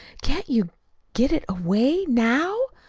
can't you get it away now?